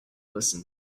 listen